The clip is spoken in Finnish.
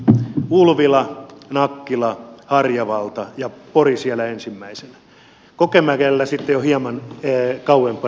pori ulvila nakkila harjavalta ja kokemäki sitten jo hieman kauempana